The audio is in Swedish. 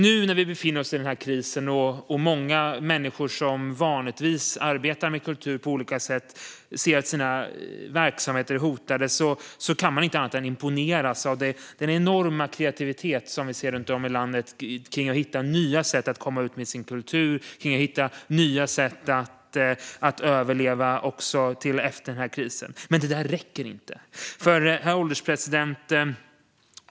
Nu när vi befinner oss i denna kris, och många människor som vanligtvis arbetar med kultur på olika sätt ser sina verksamheter hotade, kan man inte annat än imponeras av den enorma kreativitet som vi ser runt om i landet när det gäller att hitta nya sätt att komma ut med sin kultur och hitta nya sätt att överleva tills denna kris är över. Men det räcker inte. Herr ålderspresident!